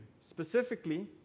Specifically